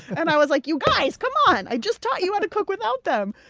and i was like, you guys, come on, i just taught you how to cook without them.